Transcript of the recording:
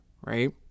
right